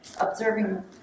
observing